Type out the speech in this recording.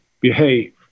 behave